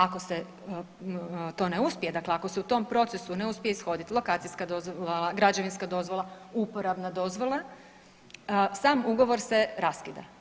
Ako se to ne uspije, dakle ako se u tom procesu ne uspije ishodit lokacijska dozvola, građevinska dozvola, uporabna dozvola sam ugovor se raskida.